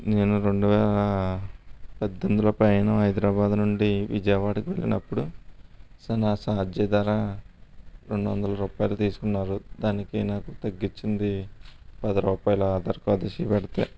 నేను రెండు వేల పద్దెనిమిదిలో ప్రయాణం హైదరాబాద్ నుండి విజయవాడకి వెళ్ళినప్పుడు చాలా చార్జ్ ధర రెండు వందల రూపాయలు తీసుకున్నారు దానికి నాకు తగ్గించింది పది రూపాయలు ఆధార్ కార్డ్ చూపెడితే